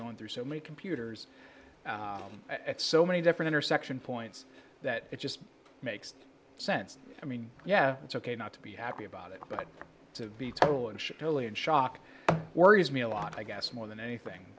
going through so many computers at so many different perception points that it just makes sense i mean yeah it's ok not to be happy about it but to be total and shell and shock worries me a lot i guess more than anything